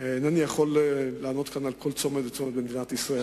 אינני יכול לענות על כל צומת וצומת במדינת ישראל,